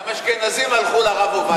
גם אשכנזים הלכו לרב עובדיה.